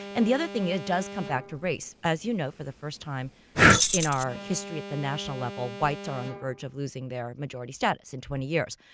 and the other thing, it does come back to race. as you know, for the first time in our history at the national level, whites are on the verge of losing their majority status in twenty years.